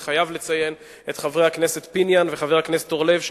אני חייב לציין את חבר הכנסת פיניאן ואת חבר הכנסת אורלב,